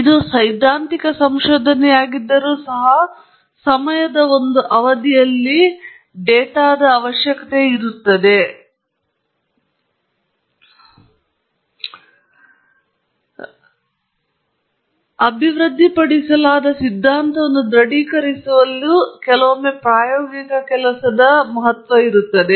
ಇದು ಸೈದ್ಧಾಂತಿಕ ಸಂಶೋಧನೆಯಾಗಿದ್ದರೂ ಸಹ ಸಮಯದ ಒಂದು ಹಂತದಲ್ಲಿ ಅಭಿವೃದ್ಧಿಪಡಿಸಲಾದ ಸಿದ್ಧಾಂತವನ್ನು ದೃಢೀಕರಿಸುವಲ್ಲಿ ಪ್ರಾಯೋಗಿಕ ಕೆಲಸದ ಸ್ವಲ್ಪ ಭಾಗವಿದೆ